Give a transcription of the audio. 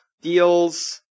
deals